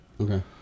Okay